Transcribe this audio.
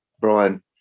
Brian